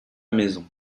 maison